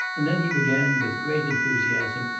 and then he began, with great enthusiasm,